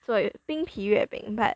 做冰皮月饼 but